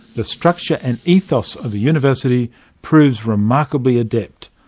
the structure and ethos of a university proves remarkably adept.